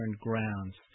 grounds